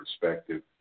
perspective